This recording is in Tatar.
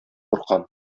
куркам